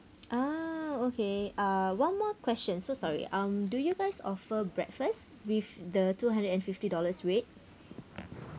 ah okay uh one more question so sorry um do you guys offer breakfast with the two hundred and fifty dollars rate